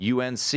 UNC